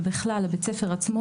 ובכלל בית הספר עצמו,